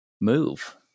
move